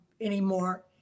anymore